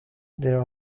there